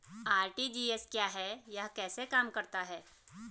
RTGS क्या है यह कैसे काम करता है?